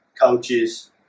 Coaches